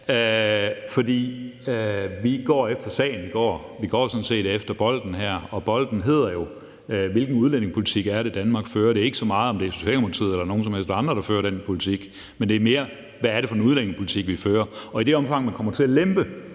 Vad siger her. For vi går sådan set efter bolden her, og bolden handler jo om, hvilken udlændingepolitik Danmark fører. Det handler ikke så meget om, om det er Socialdemokratiet eller nogen som helst andre, der fører den politik, men mere om, hvad det er for en udlændingepolitik, der bliver ført. Og i det omfang man kommer til at lempe